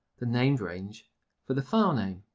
the named range for the file name.